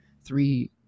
three